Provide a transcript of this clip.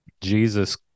Jesus